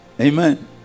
Amen